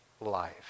life